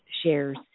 shares